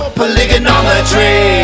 polygonometry